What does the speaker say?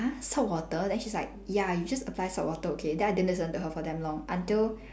!huh! saltwater then she's like ya you just apply saltwater okay then I didn't listen to her for damn long until